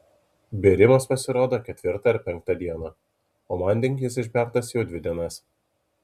bėrimas pasirodo ketvirtą ar penktą dieną o manding jis išbertas jau dvi dienas